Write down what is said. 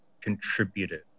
contributed